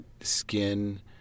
skin